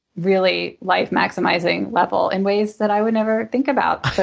really life maximizing level in ways that i would never think about.